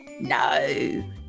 No